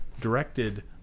directed